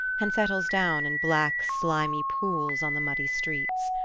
and settles down in black, slimy pools on the muddy streets.